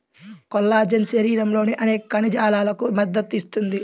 collagen శరీరంలోని అనేక కణజాలాలకు మద్దతు ఇస్తుంది